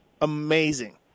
amazing